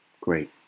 Great